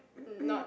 not